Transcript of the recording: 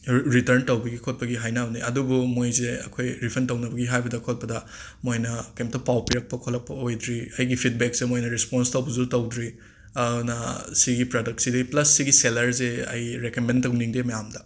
return ꯇꯧꯕꯒꯤ ꯈꯣꯠꯄꯒꯤ ꯍꯥꯏꯅꯕꯅꯦ ꯑꯗꯨꯕꯨ ꯃꯣꯏꯁꯦ ꯑꯩꯈꯣꯏ ꯔꯤꯐꯟ ꯇꯧꯅꯕꯒꯤ ꯍꯥꯏꯕꯗ ꯈꯣꯠꯄꯗ ꯃꯣꯏꯅ ꯀꯩꯝꯇ ꯄꯥꯎ ꯄꯤꯔꯛꯄ ꯈꯣꯠꯂꯛꯄ ꯑꯣꯏꯗ꯭ꯔꯤ ꯑꯩꯒꯤ ꯐꯤꯠꯕꯦꯛꯁꯦ ꯃꯣꯏꯅ ꯔꯤꯁꯄꯣꯟꯁ ꯇꯧꯕꯁꯨ ꯇꯧꯗ꯭ꯔꯤ ꯑꯥꯗꯨꯅ ꯑꯁꯤꯒꯤ ꯄ꯭ꯔꯗꯛꯁꯤꯗꯤ ꯄ꯭ꯂꯁ ꯑꯁꯤꯒꯤ ꯁꯦꯂꯔꯁꯦ ꯑꯩ ꯔꯦꯀꯃꯦꯟ ꯇꯧꯅꯤꯡꯗꯦ ꯃꯌꯥꯝꯗ